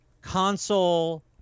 console